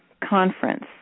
conference